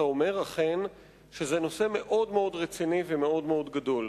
אתה אומר אכן שזה נושא מאוד רציני ומאוד גדול.